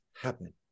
happen